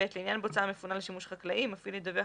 לעניין בוצה המפונה לשימוש חקלאי מפעיל ידווח